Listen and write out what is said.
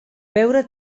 beure